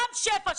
רם שפע,